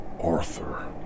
Arthur